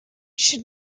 should